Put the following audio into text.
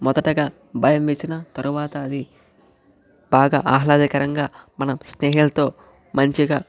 మొదటగా భయం వేసిన తర్వాత అది బాగా ఆహ్లాదకరంగా మన స్నేహితులతో మంచిగా